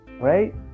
right